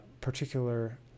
particular